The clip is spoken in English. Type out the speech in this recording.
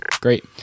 great